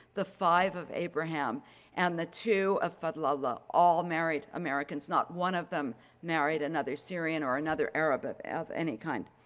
the five of abraham and the two of felala all married americans. not one of them married another syrian or another arab of any kind.